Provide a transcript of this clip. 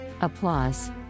Applause